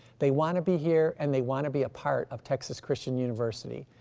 they want to be here and they want to be a part of texas christian university,